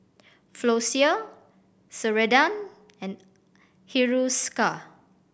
Floxia Ceradan and Hiruscar